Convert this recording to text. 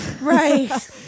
Right